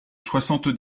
soixante